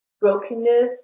brokenness